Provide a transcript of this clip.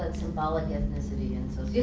symbolic ethnicity in so yeah